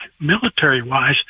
military-wise